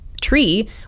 tree